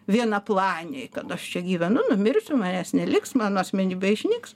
vienaplaniai kad aš čia gyvenu numirsiu manęs neliks mano asmenybė išnyks